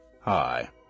Hi